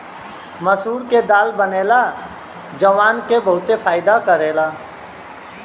मसूर के दाल बनेला जवन की बहुते फायदा करेला